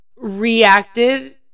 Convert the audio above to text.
reacted